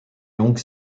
longue